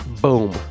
boom